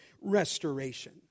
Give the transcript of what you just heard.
restoration